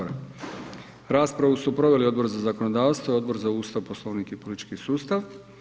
Raspravu su proveli Odbor za zakonodavstvo, Odbor za Ustav, Poslovnik i politički sustav.